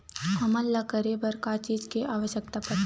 हमन ला करे बर का चीज के आवश्कता परथे?